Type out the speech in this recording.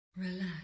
Relax